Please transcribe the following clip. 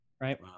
Right